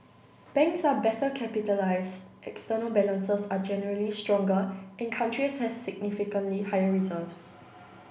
banks are better capitalised external balances are generally stronger and countries have significantly higher reserves